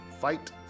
fight